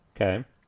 Okay